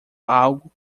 algo